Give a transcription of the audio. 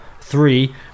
Three